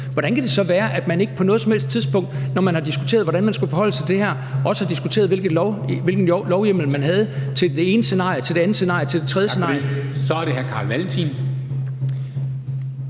hvordan kan det så være, at man ikke på noget som helst tidspunkt, når man har diskuteret, hvordan man skulle forholde sig til det her, også har diskuteret, hvilken lovhjemmel man havde til det ene scenarie, til det andet scenarie, til det tredje scenarie? Kl. 13:49 Formanden